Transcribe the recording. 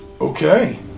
Okay